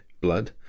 blood